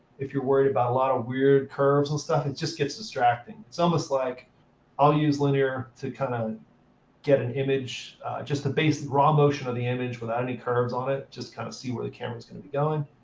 if you're worried about a lot of weird curves and stuff, it just gets distracting. it's almost like i'll use linear to kind of get an image just the basic, raw motion of the image without any curves on it, just to kind of see where the camera's going to be going.